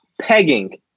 Pegging